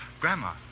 Grandma